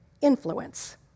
influence